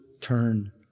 turn